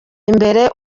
imbere